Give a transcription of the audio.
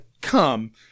come